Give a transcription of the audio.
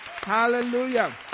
Hallelujah